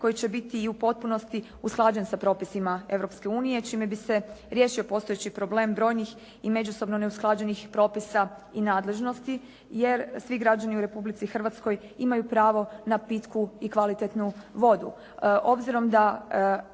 koji će biti i u potpunosti usklađen sa propisima Europske unije čime bi se riješio postojeći problem brojnih i međusobno neusklađenih propisa i nadležnosti jer svi građani u Republici Hrvatskoj imaju pravo na pitku i kvalitetnu vodu.